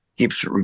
Keeps